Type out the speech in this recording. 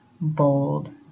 bold